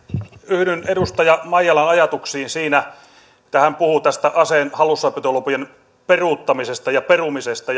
yhdyn edustaja maijalan ajatuksiin siinä mitä hän puhui aseen hallussapitolupien peruuttamisesta ja perumisesta